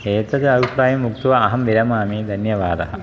एतत् अभिप्रायम् उक्त्वा अहं विरमामि धन्यवादः